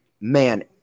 Man